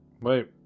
Wait